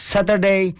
Saturday